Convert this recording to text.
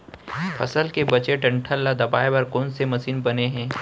फसल के बचे डंठल ल दबाये बर कोन से मशीन बने हे?